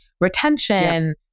retention